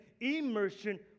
immersion